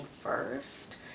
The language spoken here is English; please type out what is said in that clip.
first